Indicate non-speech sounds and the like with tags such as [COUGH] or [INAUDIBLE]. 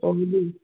[UNINTELLIGIBLE]